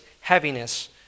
heaviness